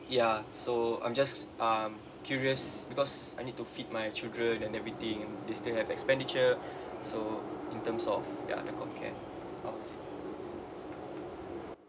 ya so I'm just um curious because I need to feed my children and everything they still have expenditure so in terms of ya the comcare I would say